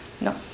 No